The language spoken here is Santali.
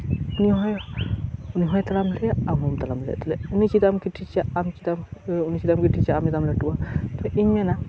ᱩᱱᱤᱦᱚᱭ ᱛᱟᱲᱟᱢ ᱫᱟᱲᱮᱭᱟᱜᱼᱟ ᱟᱢᱦᱚᱢ ᱛᱟᱲᱟᱢ ᱫᱟᱲᱮᱭᱟᱜᱼᱟ ᱛᱟᱦᱚᱞᱮ ᱩᱱᱤ ᱪᱮᱫᱟᱜ ᱮᱢ ᱠᱟᱹᱴᱤᱡ ᱮᱭᱟ ᱟᱢ ᱪᱮᱫᱟᱜ ᱮᱢ ᱞᱟᱹᱴᱩᱜᱼᱟ ᱛᱚᱵᱮ ᱤᱧᱢᱮᱱᱟ